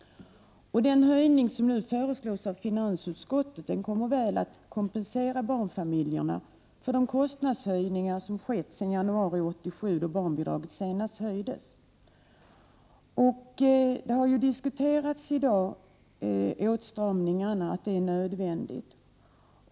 Den höjning som nu föreslås av finansutskottet kommer att väl kompensera barnfamiljerna för de kostnadshöjningar som skett sedan januari 1987 då barnbidraget senast höjdes. I dag har nödvändigheten av åtstramningar diskuterats.